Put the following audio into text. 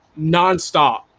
nonstop